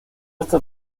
hasta